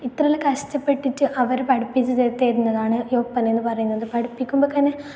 ഇത്ര എല്ലാം കഷ്ടപ്പെട്ടിട്ട് അവർ പഠിപ്പിച്ച് തരും തരുന്നതാണ് ഈ ഒപ്പന എന്ന് പറയുന്നത് പഠിപ്പിക്കുമ്പോൾ തന്നെ